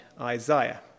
Isaiah